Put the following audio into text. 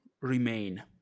remain